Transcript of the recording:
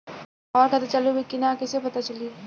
हमार खाता चालू बा कि ना कैसे पता चली?